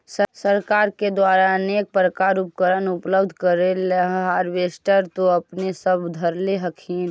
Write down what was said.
सरकार के द्वारा अनेको प्रकार उपकरण उपलब्ध करिले हारबेसटर तो अपने सब धरदे हखिन?